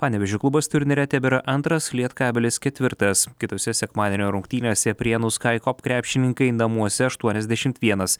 panevėžio klubas turnyre tebėra antras lietkabelis ketvirtas kitose sekmadienio rungtynėse prienų skaikop krepšininkai namuose aštuoniasdešimt vienas